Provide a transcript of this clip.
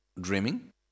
dreaming